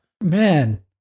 Man